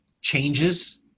changes